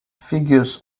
figures